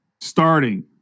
starting